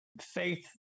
faith